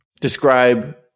describe